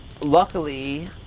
luckily